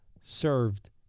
served